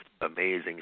amazing